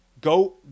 go